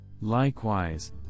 Likewise